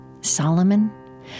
Solomon